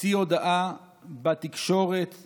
הוציא הודעה בתקשורת,